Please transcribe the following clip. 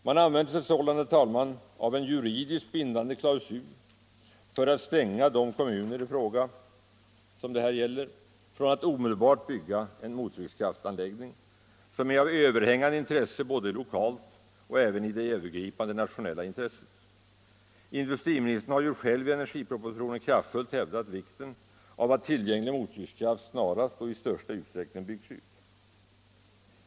Man använder sig sålunda, herr talman, av en juridiskt bindande klausul för att stänga de kommuner som det här gäller från att omedelbart bygga en mottryckskraftanläggning som är av överhängande intresse både lokalt och nationellt. Industriministern har själv i energipropositionen kraftfullt hävdat vikten av att tillgänglig mottryckskraft snarast och i största utsträckning byggs ut.